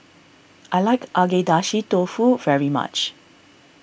I like Agedashi Dofu very much